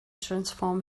transform